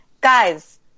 Guys